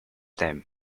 them